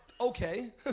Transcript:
okay